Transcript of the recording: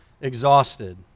exhausted